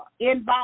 inbox